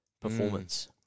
performance